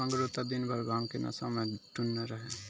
मंगरू त दिनभर भांग के नशा मॅ टुन्न रहै